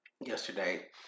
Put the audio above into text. yesterday